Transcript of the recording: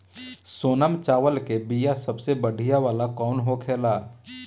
सोनम चावल के बीया सबसे बढ़िया वाला कौन होखेला?